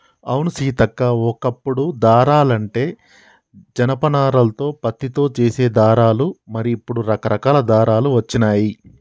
అవును సీతక్క ఓ కప్పుడు దారాలంటే జనప నారాలతో పత్తితో చేసే దారాలు మరి ఇప్పుడు రకరకాల దారాలు వచ్చినాయి